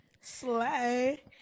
Slay